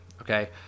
okay